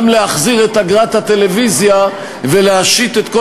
גם להחזיר את אגרת הטלוויזיה ולהשית את כל